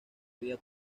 vía